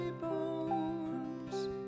bones